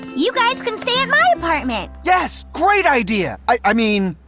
you guys can stay at my apartment. yes! great idea! i mean,